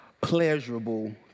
pleasurable